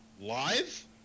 live